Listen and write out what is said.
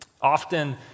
Often